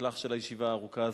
המוצלח של הישיבה הארוכה הזאת,